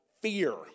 fear